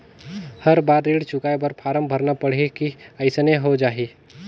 हर बार ऋण चुकाय बर फारम भरना पड़ही की अइसने हो जहीं?